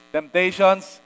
Temptations